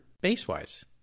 base-wise